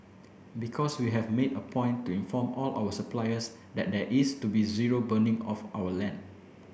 because we have made a point to inform all our suppliers that there is to be zero burning of our land